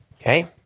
okay